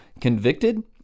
convicted